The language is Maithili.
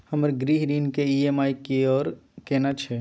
हमर गृह ऋण के ई.एम.आई की आर केना छै?